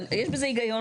יש בזה היגיון.